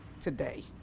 today